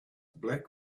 black